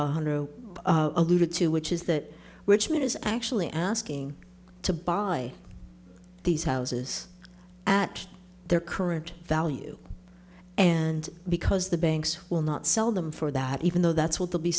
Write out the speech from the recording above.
honor alluded to which is that which man is actually asking to buy these houses at their current value and because the banks will not sell them for that even though that's what they'll be